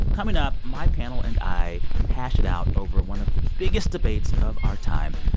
coming up, my panel and i hash it out over one of the biggest debates of our time.